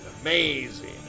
Amazing